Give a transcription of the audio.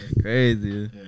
Crazy